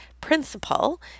principal